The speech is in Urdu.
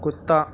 کتا